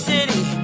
City